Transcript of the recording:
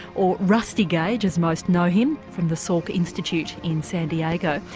or rusty gage, as most know him, from the salk institute in san diego.